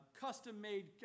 custom-made